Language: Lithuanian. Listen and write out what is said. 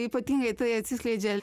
ypatingai tai atsiskleidžia